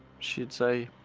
she'd say,